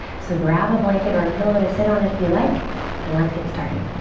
so grab a blanket or a pillow to sit on if you like and let's get started.